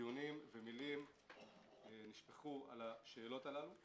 דיונים ומילים נשפכו על השאלות הללו.